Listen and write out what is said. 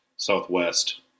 Southwest